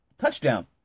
touchdown